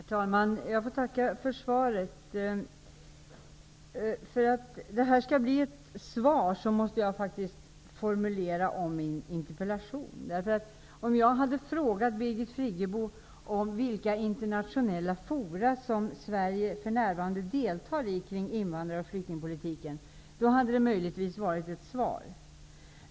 Herr talman! Jag får tacka för svaret, men för att det här skall bli ett svar måste jag faktiskt formulera om min interpellation. Om jag hade frågat Birgit Friggebo vilka internationella fora som Sverige för närvarande deltar i kring invandrar och flyktingpolitiken, hade det här möjligtvis varit ett svar.